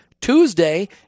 Tuesday